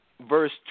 verse